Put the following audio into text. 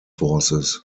forces